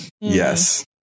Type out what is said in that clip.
Yes